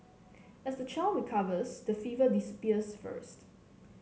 as the child recovers the fever disappears first